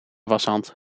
washand